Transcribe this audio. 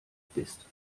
bist